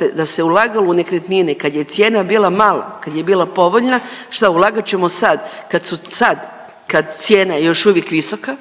da se ulagalo u nekretnine kad je cijena bila mala, kad je bila povoljna, šta ulagat ćemo sad kad su, sad kad cijena je još uvijek visoka,